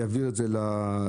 יעביר את זה לרשויות.